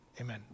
Amen